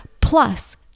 plus